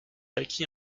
acquit